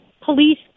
police